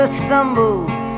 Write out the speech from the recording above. stumbles